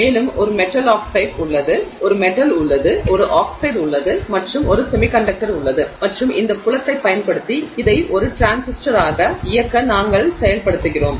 மேலும் ஒரு metal oxide உள்ளது ஒரு மெட்டல் உள்ளது ஒரு ஆக்சைடு உள்ளது மற்றும் ஒரு செமிகண்டக்டர் உள்ளது மற்றும் இந்த புலத்தைப் பயன்படுத்தி இதை ஒரு டிரான்சிஸ்டராக இயக்க நாங்கள் செயல்படுத்துகிறோம்